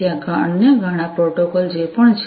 ત્યાં અન્ય ઘણા પ્રોટોકોલ જે પણ છે